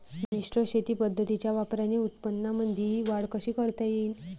मिश्र शेती पद्धतीच्या वापराने उत्पन्नामंदी वाढ कशी करता येईन?